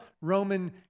Roman